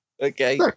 Okay